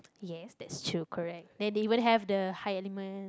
yes that's true correct then they even have the high element